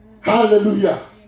Hallelujah